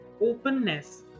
openness